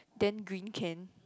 then green can